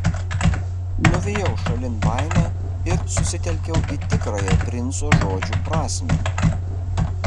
nuvijau šalin baimę ir susitelkiau į tikrąją princo žodžių prasmę